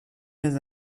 mes